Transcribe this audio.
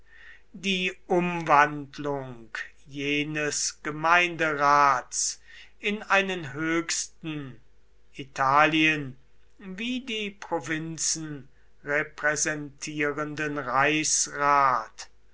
die umwandlung jenes gemeinderats in einen höchsten italien wie die provinzen repräsentierenden reichsrat